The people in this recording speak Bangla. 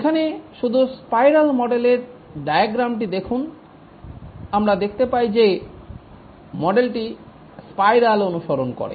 এখানে শুধু স্পাইরাল মডেলের ডায়াগ্রামটি দেখুন আমরা দেখতে পাই যে মডেলটি স্পাইরাল অনুসরণ করে